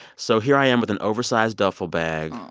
so here i am with an oversized duffel bag.